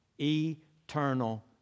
eternal